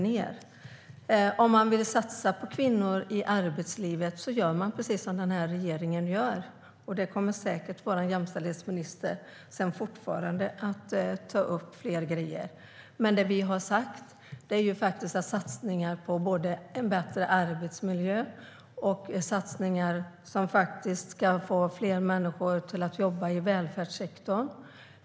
Vill man satsa på kvinnor i arbetslivet gör man precis som regeringen gör, och vår jämställdhetsminister kommer säkert att ta upp fler saker. Det handlar om satsningar på bättre arbetsmiljö och på att få fler människor att jobba i välfärdssektorn.